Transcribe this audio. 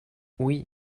oui